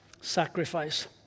sacrifice